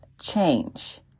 change